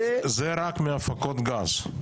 זה רק מהפקות גז.